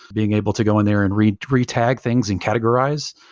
being able to go in there and read, retag things and categorize.